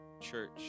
church